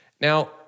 Now